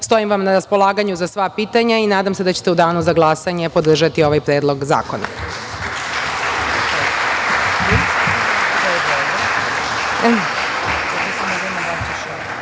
Stojim vam na raspolaganju za sva pitanja i nadam se da ćete u danu za glasanje podržati ovaj predlog zakona.